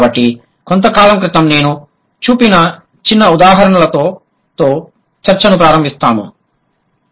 కాబట్టి కొంతకాలం క్రితం నేను చూపిన చిన్న ఉదాహరణతో చర్చను ప్రారంభిస్తాను